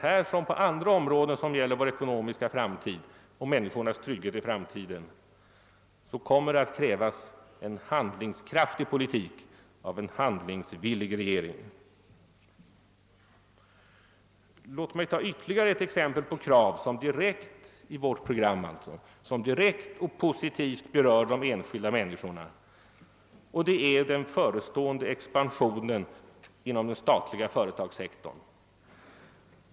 Här som på andra områden som rör vår ekonomiska framtid och människornas trygghet i framtiden kommer det dock att krävas en handlingskraftig politik och en handlingsvillig regering. Låt mig ta ytterligare ett exempel på krav i vårt program som direkt och positivt berör de enskilda människorna, nämligen den förestående expansionen inom den statliga företagssektorn.